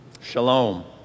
Shalom